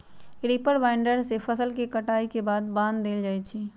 reaper binder से फसल के कटाई के बाद बान देल जाई छई